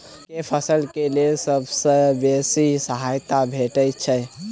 केँ फसल केँ लेल सबसँ बेसी सहायता भेटय छै?